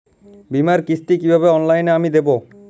বীমার কিস্তি কিভাবে অনলাইনে আমি দেবো?